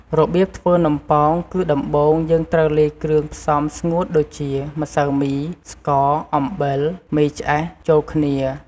របៀបធ្វើនំប៉ោង គឺដំបូងយើងត្រូវលាយគ្រឿងផ្សំស្ងួតដូចជា ម្សៅមី ស្ករ អំបិល មេឆ្អេះ ចូលគ្នា។